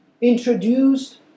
introduced